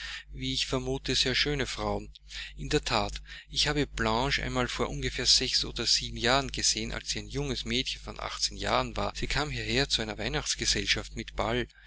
wie ich vermute sehr schöne frauen in der that ich habe blanche einmal vor ungefähr sechs oder sieben jahren gesehen als sie ein junges mädchen von achtzehn jahren war sie kam hierher zu einer weihnachtsgesellschaft mit ball